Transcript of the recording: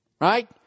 Right